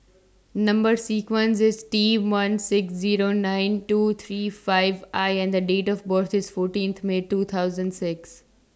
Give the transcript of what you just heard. Number sequence IS T one six Zero nine two three five I and The Date of birth IS fourteenth May two thousand six